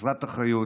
חסרת אחריות,